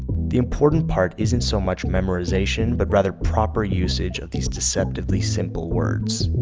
the important part isn't so much memorization, but rather proper usage of these deceptively simple words.